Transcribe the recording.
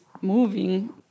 moving